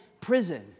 prison